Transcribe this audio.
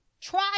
try